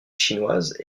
chinoise